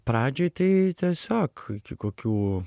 pradžioj tai tiesiog kokių